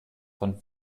von